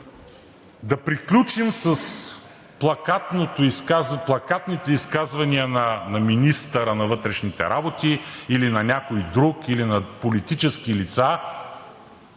да приключим с плакатните изказвания на министъра на вътрешните работи или на някой друг, или на политически лица